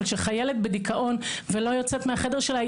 אבל כשחיילת בדיכאון ולא יוצאת מהחדר שלה,